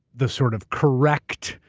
the sort of correct,